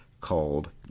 called